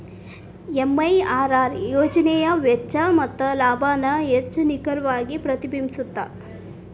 MIRR ಯೋಜನೆಯ ವೆಚ್ಚ ಮತ್ತ ಲಾಭಾನ ಹೆಚ್ಚ್ ನಿಖರವಾಗಿ ಪ್ರತಿಬಿಂಬಸ್ತ